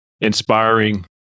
inspiring